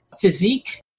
physique